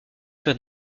sur